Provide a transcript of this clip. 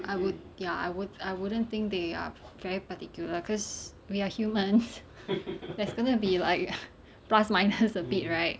I would ya I would I wouldn't think they are very particular cause we are humans there's gonna be like plus minus a bit right